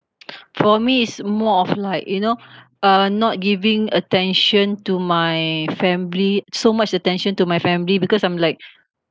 for me is more of like you know uh not giving attention to my family so much attention to my family because I'm like